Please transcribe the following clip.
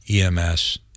EMS